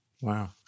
Wow